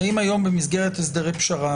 מה החוק קובע במסגרת הסדר פשרה?